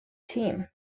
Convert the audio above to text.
team